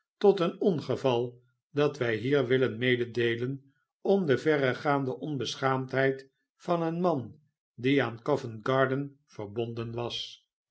tot een ongeval dat wij hier willen mededeelen om de verregaande onbeschaamdheid van een man die aan covent-garden verbonden was